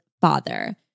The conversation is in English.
father